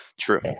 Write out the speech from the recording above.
true